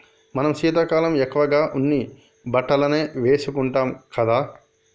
మనం శీతాకాలం ఎక్కువగా ఉన్ని బట్టలనే వేసుకుంటాం కదా